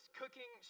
cooking